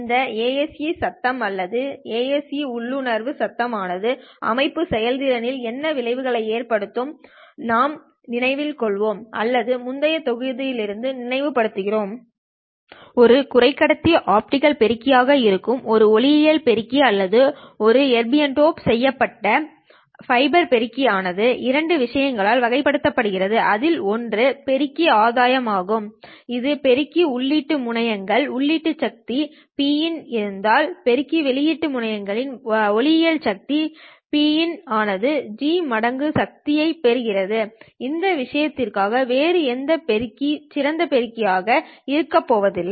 இந்த ASE சத்தம் அல்லது ASE உள்ளுணர்வு சத்தம் ஆனது அமைப்பு செயல்திறனில் என்ன விளைவுகளை ஏற்படுத்தும் நாம் நினைவில் கொள்கிறோம் அல்லது முந்தைய தொகுதிகளிலிருந்து நினைவுபடுத்துகிறோம் ஒரு குறைக்கடத்தி ஆப்டிகல் பெருக்கி ஆக இருக்கும் ஒரு ஒளியியல் பெருக்கி அல்லது ஒரு எர்பியம் டோப் செய்யப்பட்ட ஃபைபர் பெருக்கி ஆனது இரண்டு விஷயங்களால் வகைப்படுத்தப்படுகிறது அதில் ஒன்று பெருக்கி ஆதாயம்ஆகும் இது பெருக்கி உள்ளீட்டு முனையங்கள் உள்ளீட்டு சக்தி Pin இருந்தால் பெருக்கி வெளியீட்டு முனையங்கள் ஒளியியல் சக்தி Pin ஆனது G மடங்கு சக்தியைப் பெறுகிறோம் இந்த விஷயத்திற்கான வேறு எந்த பெருக்கி சிறந்த பெருக்கி ஆக இருக்கப்போவதில்லை